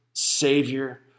Savior